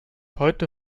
heute